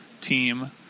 team